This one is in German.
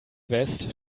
west